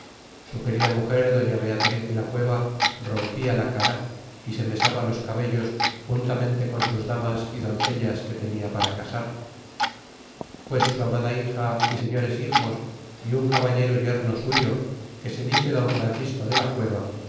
su querida muger doña beatriz de la cueva rompia la cara y se mesaba los cabellos juntamente con sus damas y doncellas que tenia para casar pues su amada hija y señores hijos y un caballero yerno suyo que se dice don francisco de la cueva